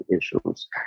issues